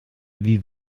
wie